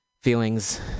feelings